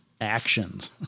actions